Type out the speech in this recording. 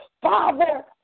Father